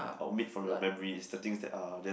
omit from your memories is the things that are there's